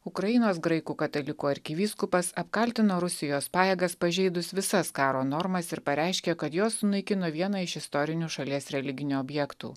ukrainos graikų katalikų arkivyskupas apkaltino rusijos pajėgas pažeidus visas karo normas ir pareiškė kad jos sunaikino vieną iš istorinių šalies religinių objektų